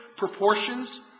proportions